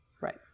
right